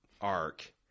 arc